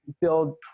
build